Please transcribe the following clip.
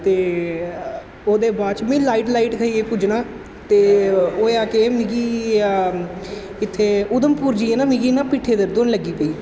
ते ओह्दे बाद च में लाइट लाइट खाइयै पुज्जनां ते होएआ केह् मिगी इत्थै उधमपुर जाइयै ना मिगी ना पिट्ठै गी दर्द होन लगी पेई